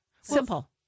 Simple